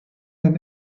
than